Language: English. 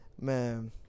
man